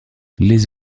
les